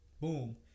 boom